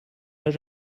âge